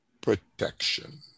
protection